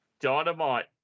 Dynamite